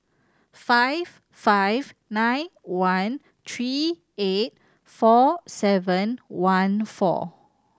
five five nine one three eight four seven one four